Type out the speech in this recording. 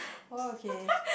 !woah! okay